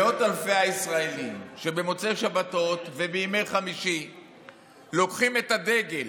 שמאות אלפי הישראלים שבמוצאי שבתות ובימי חמישי לוקחים את הדגל